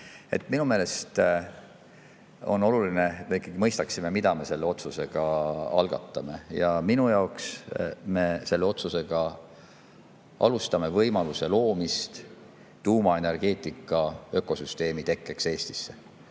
Minu meelest on oluline, et me mõistaksime, mida me selle otsusega algatame. Minu jaoks me alustame selle otsusega võimaluse loomist tuumaenergeetika ökosüsteemi tekkeks Eestisse.